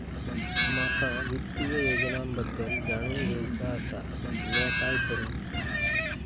माका वित्तीय योजनांबद्दल जाणून घेवचा आसा, म्या काय करू?